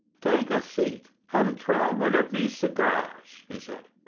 take a seat, and try one of these cigars, he said.